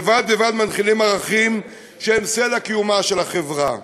ובד בבד מנחילים ערכים שהם סלע קיומה של החברה,